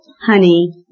Honey